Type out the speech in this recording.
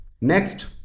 next